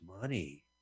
money